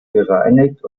gereinigt